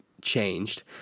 changed